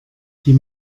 die